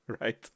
right